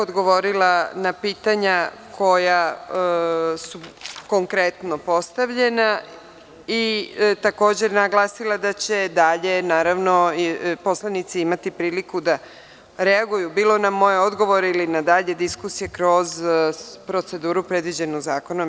Odgovorila bih na pitanja koja su konkretno postavljena i takođe naglasila da će dalje poslanici imati priliku da reaguju bilo na moje odgovore ili dalje diskusije kroz proceduru predviđenu zakonom.